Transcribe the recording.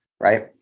right